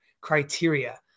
criteria